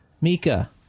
Mika